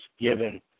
given